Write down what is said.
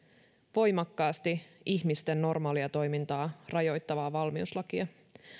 voimakkaasti ihmisten normaalia toimintaa rajoittavaa valmiuslakia